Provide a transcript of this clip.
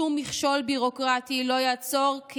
שום מכשול ביורוקרטי לא יעצור את